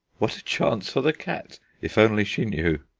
what a chance for the cat, if only she knew!